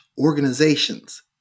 Organizations